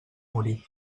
morir